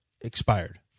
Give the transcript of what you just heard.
expired